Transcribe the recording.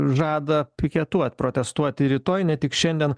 žada piketuot protestuoti rytoj ne tik šiandien